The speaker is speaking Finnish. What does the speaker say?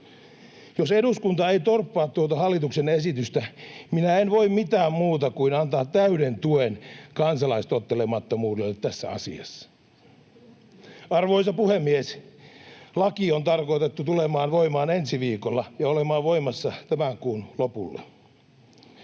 Jos eduskunta ei torppaa tuota hallituksen esitystä, minä en voi mitään muuta kuin antaa täyden tuen kansalaistottelemattomuudelle tässä asiassa. Arvoisa puhemies! Laki on tarkoitettu tulemaan voimaan ensi viikolla ja olemaan voimassa tämän kuun lopulle.